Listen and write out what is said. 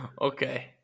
Okay